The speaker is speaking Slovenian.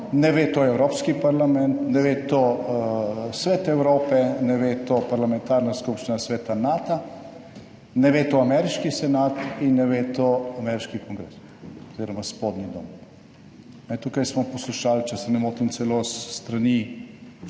ne ve to Evropski parlament, ne ve to Svet Evrope, ne ve to Parlamentarna skupščina sveta Nata, ne ve to ameriški senat in ne ve to ameriški kongres oziroma spodnji dom. Tukaj smo poslušali, če se ne motim, celo s strani